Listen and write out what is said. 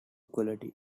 equity